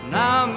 now